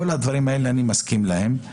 אני מסכים לכל הדברים האלה;